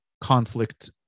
conflict